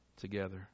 together